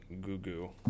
goo-goo